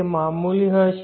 તે મામૂલી હશે